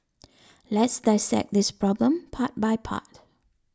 let's dissect this problem part by part